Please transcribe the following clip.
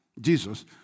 Jesus